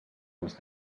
ens